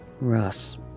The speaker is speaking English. Russ